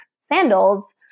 sandals